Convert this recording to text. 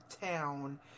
town